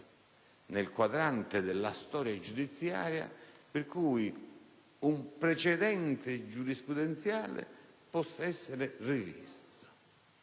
nel quadrante della storia giudiziaria per cui un precedente giurisprudenziale possa essere rivisto.